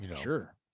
Sure